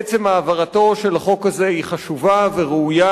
עצם העברתו של החוק הזה היא חשובה וראויה.